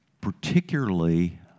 particularly